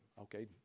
Okay